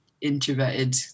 introverted